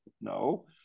No